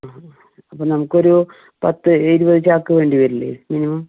ആ അപ്പം നമുക്കൊരു പത്ത് എഴുപത് ചാക്ക് വേണ്ടി വരില്ലേ മിനിമം